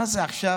מה זה עכשיו,